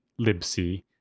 libc